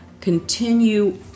continue